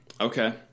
Okay